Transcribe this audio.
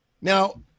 Now